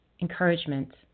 encouragement